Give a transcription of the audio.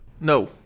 no